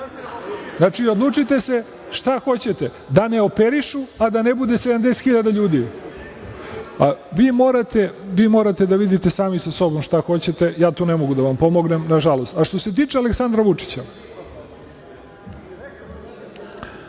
Znači, odlučite se šta hoćete, da ne operišu, a da ne bude 70.000 ljudi. Vi morate da vidite sami sa sobom šta hoćete, ja tu ne mogu da vam pomognem, na žalost.(Aleksandar